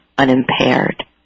Unimpaired